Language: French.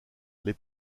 les